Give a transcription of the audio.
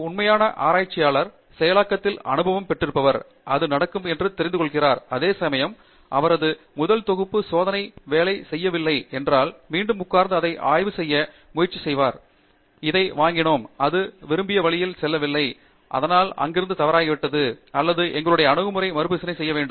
ஒரு உண்மையான ஆராய்ச்சியாளர் செயலாக்கத்தில் அனுபவம் பெற்றிருப்பவர் அது நடக்கும் என்று தெரிந்துகொள்கிறார் அதேசமயம் அவரது முதல் தொகுப்பு சோதனை வேலை செய்யவில்லை மீண்டும் உட்கார்ந்து சரி அதை ஆய்வு செய்ய முயற்சிக்கிறேன் சரி இதை வாங்கினோம் அது விரும்பிய வழியில் செல்லவில்லை அதனால் எங்கிருந்து தவறாகிவிட்டது அல்லது எங்களுடைய அணுகுமுறையை மறுபரிசீலனை செய்ய வேண்டும்